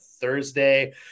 Thursday